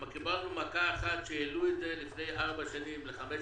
קיבלנו מכה אחת שהעלו את זה לפני ארבע שנים ל-15